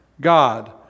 God